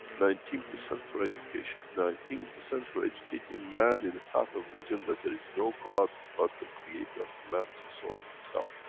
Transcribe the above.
nineteen percent for education, nineteen percent for educating man, in a path of religion that there is no god, but the creator of the man, which is soul of himself.